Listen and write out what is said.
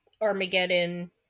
Armageddon